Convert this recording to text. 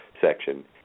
section